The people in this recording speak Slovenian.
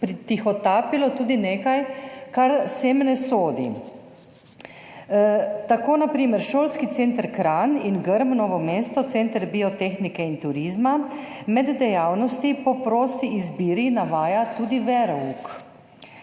pretihotapilo tudi nekaj, kar sem ne sodi. Tako na primer Šolski center Kranj in Grm Novo mesto – center biotehnike in turizma med dejavnosti po prosti izbiri navajata tudi verouk.